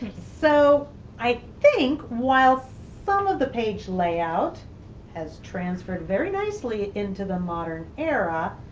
so i think while some of the page layout has transferred very nicely into the modern era,